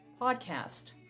podcast